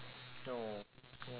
oh